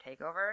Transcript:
takeover